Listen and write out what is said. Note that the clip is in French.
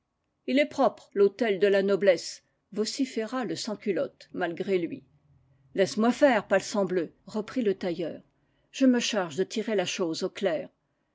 il est propre l'hôtel de la noblesse vociféra la sansculotte malgré lui laisse-moi faire palsambleu reprit le tailleur je me charge de tirer la chose au clair